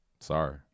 sorry